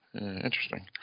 Interesting